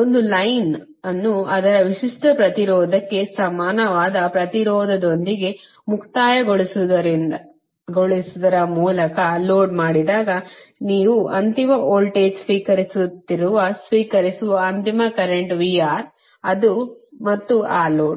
ಒಂದು ಲೈನ್ ಅನ್ನು ಅದರ ವಿಶಿಷ್ಟ ಪ್ರತಿರೋಧಕ್ಕೆ ಸಮಾನವಾದ ಪ್ರತಿರೋಧದೊಂದಿಗೆ ಮುಕ್ತಾಯಗೊಳಿಸುವುದರ ಮೂಲಕ ಲೋಡ್ ಮಾಡಿದಾಗ ನೀವು ಅಂತಿಮ ವೋಲ್ಟೇಜ್ ಸ್ವೀಕರಿಸುತ್ತಿರುವ ಸ್ವೀಕರಿಸುವ ಅಂತಿಮ ಕರೆಂಟ್ವು VR ಮತ್ತು ಅದು ಮತ್ತು ಆ ಲೋಡ್